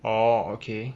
orh okay